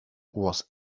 was